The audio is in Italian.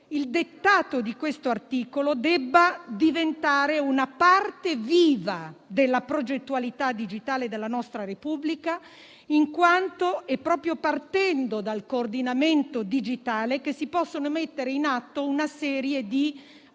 il dettato di questo articolo debba diventare una parte viva della progettualità digitale della nostra Repubblica in quanto è proprio partendo dal coordinamento digitale che si possono mettere in atto una serie di